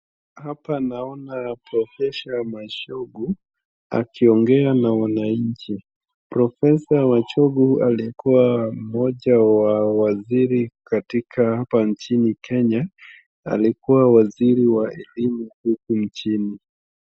Hapa naona Professor Machogu akiongea na wananchi. Professor Machogu alikuwa mmoja wa waziri katika hapa nchini Kenya. Alikuwa waziri wa elimu huku nchini.